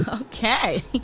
okay